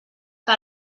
que